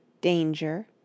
DANGER